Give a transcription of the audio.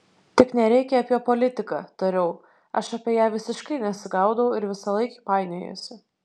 tik nereikia apie politiką tariau aš apie ją visiškai nesigaudau ir visąlaik painiojuosi